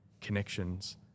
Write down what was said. connections